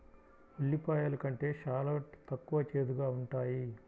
ఉల్లిపాయలు కంటే షాలోట్ తక్కువ చేదుగా ఉంటాయి